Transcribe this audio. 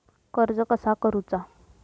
कर्ज कसा करूचा?